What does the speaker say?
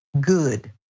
good